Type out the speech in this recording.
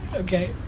Okay